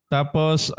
Tapos